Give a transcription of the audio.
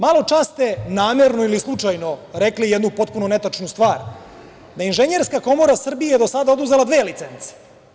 Maločas ste, namerno ili slučajno, rekli jednu potpunu netačnu stvar, da Inženjerska komora Srbija do sada oduzela dve licence.